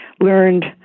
learned